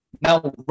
Now